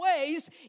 ways